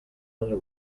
other